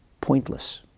pointless